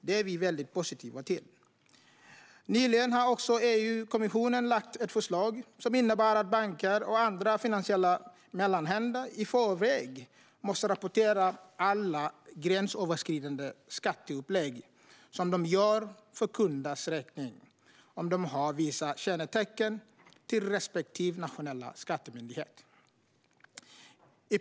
Det är vi väldigt positiva till. EU-kommissionen har nyligen lagt fram ett förslag som innebär att banker och andra finansiella mellanhänder i förväg måste rapportera alla gränsöverskridande skatteupplägg som de gör för kunders räkning till respektive nationell skattemyndighet om de har vissa kännetecken.